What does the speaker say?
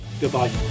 goodbye